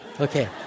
Okay